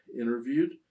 interviewed